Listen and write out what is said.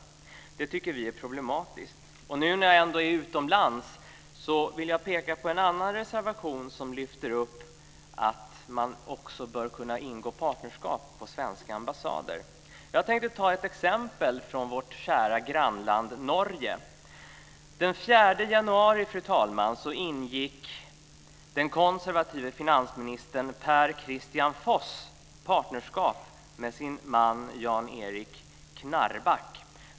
Detta tycker vi är problematiskt. När jag ändå så att säga är utomlands vill jag peka på en annan reservation där det lyfts fram att man också bör kunna ingå partnerskap på svenska ambassader. Jag ska ta ett exempel från vårt kära grannland Den 4 januari i år ingick den konservative finansministern Per-Kristian Foss partnerskap med sin man Jan Erik Knarbakk.